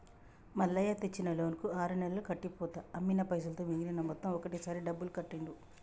మల్లయ్య తెచ్చిన లోన్ కు ఆరు నెలలు కట్టి పోతా అమ్మిన పైసలతో మిగిలిన మొత్తం ఒకటే సారి డబ్బులు కట్టిండు